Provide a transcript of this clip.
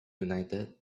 united